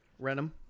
Renum